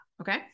Okay